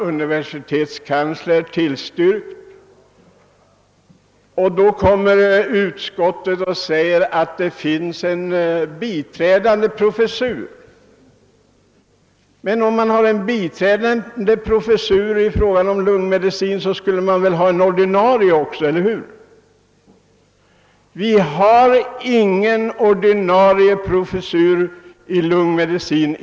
Universitetskanslern har tillstyrkt detta. Men då säger utskottet att det finns en biträdande professor. Om man i fråga om lungmedicinen har en biträdande professor, bör man väl även ha en ordinarie professur, eller hur? Vi har ingen ordinarie professur i lungmedicin i landet.